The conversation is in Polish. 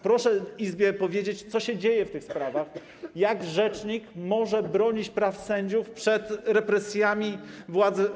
Proszę Izbie powiedzieć, co się dzieje w tych sprawach, jak rzecznik może bronić praw sędziów przed represjami władzy.